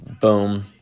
Boom